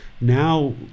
Now